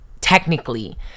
technically